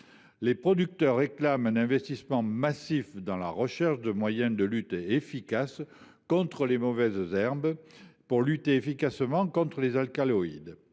Les producteurs réclament un investissement massif dans la recherche de moyens de lutte efficaces contre les mauvaises herbes et les alcaloïdes